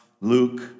Luke